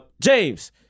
James